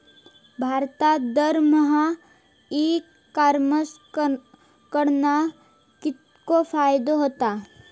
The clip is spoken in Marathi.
भारतात दरमहा ई कॉमर्स कडणा कितको फायदो होता?